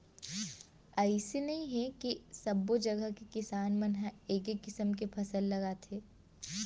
अइसे नइ हे के सब्बो जघा के किसान मन ह एके किसम के फसल लगाथे